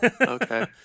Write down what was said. okay